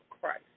Christ